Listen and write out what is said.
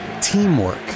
teamwork